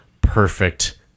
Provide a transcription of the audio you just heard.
perfect